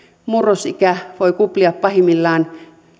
murrosikä voi kuplia pahimmillaan